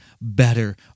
better